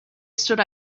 stood